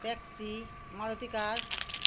taxi Maruti কার